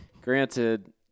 Granted